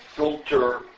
Filter